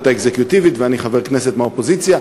האקזקוטיבית ואני חבר הכנסת מהאופוזיציה,